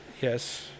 Yes